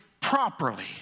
properly